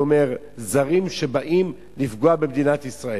הזרים שבאים לפגוע במדינת ישראל,